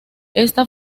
esta